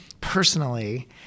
personally